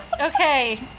Okay